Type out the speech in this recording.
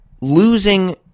losing